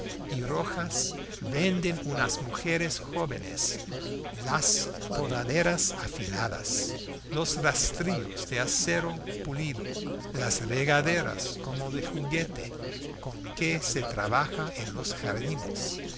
y rojas venden unas mujeres jóvenes las podaderas afiladas los rastrillos de acero pulido las regaderas como de juguete con que se trabaja en los jardines